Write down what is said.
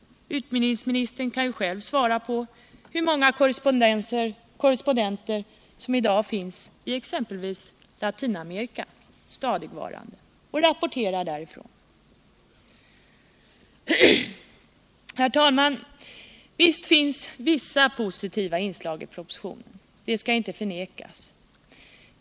Utbildningsministern kan gärna själv svara på hur många korrespondenter som finns i dag stadigvarande i Latinamerika och rapporterar därifrån. Herr talman! Visst finns vissa positiva inslag i propositionen — det skall inte förnekas.